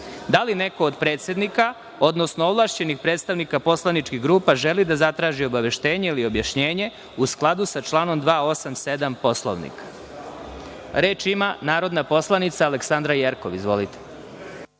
li neko od predsednika, odnosno ovlašćenih predstavnika poslaničkih grupa želi da zatraži obaveštenje ili objašnjenje u skladu sa članom 287. Poslovnika? Reč ima narodna poslanica Aleksandra Jerkov. Izvolite.